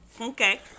Okay